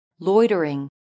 Loitering